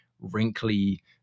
wrinkly